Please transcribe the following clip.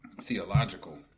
theological